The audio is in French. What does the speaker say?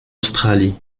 australie